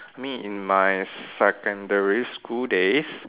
me in my secondary school days